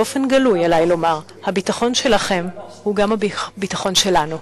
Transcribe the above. באופן גלוי עלי לומר: הביטחון שלכם הוא גם הביטחון שלנו.